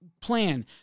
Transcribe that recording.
plan